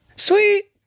sweet